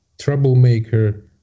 troublemaker